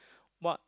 what